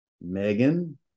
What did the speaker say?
Megan